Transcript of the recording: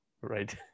Right